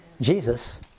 Jesus